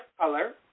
color